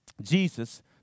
Jesus